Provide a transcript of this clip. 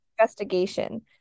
investigation